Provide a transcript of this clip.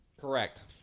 correct